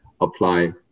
apply